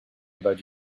about